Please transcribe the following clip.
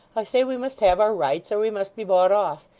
i say we must have our rights, or we must be bought off.